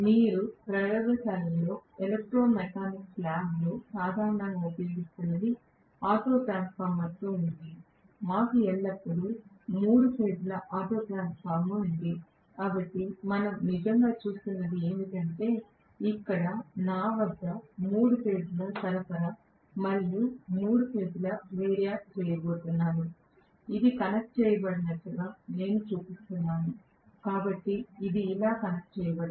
మీరు ప్రయోగశాలలో electro mechanics ల్యాబ్లో సాధారణంగా ఉపయోగిస్తున్నది ఆటో ట్రాన్స్ఫార్మర్తో ఉంది మాకు ఎల్లప్పుడూ మూడు దశల ఆటో ట్రాన్స్ఫార్మర్ ఉంది కాబట్టి మనం నిజంగా చూస్తున్నది ఏమిటంటే ఇక్కడ నా వద్ద ఉన్న మూడు ఫేజ్ ల సరఫరా మరియు నేను మూడు ఫేజ్ ల వేరియాక్ చేయబోతున్నాను ఇది కనెక్ట్ చేయబడినట్లుగా నేను చూపిస్తున్నాను కాబట్టి ఇది ఇలా కనెక్ట్ చేయబడింది